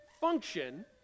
function